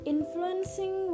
Influencing